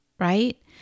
Right